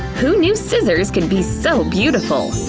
who knew scissors could be so beautiful?